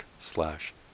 slash